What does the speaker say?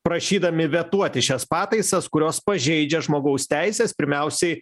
prašydami vetuoti šias pataisas kurios pažeidžia žmogaus teises pirmiausiai